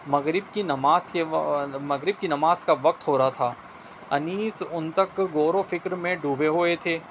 مغرب کی نماز کے مغرب کی نماز کا وقت ہو رہا تھا انیس ان تک غور و فکر میں ڈوبے ہوئے تھے